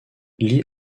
lee